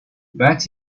but